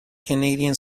canadian